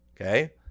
okay